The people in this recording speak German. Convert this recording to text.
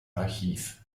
archiv